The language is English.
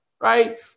right